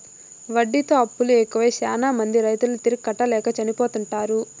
వడ్డీతో అప్పులు ఎక్కువై శ్యానా మంది రైతులు తిరిగి కట్టలేక చనిపోతుంటారు